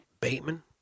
Bateman